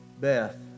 Beth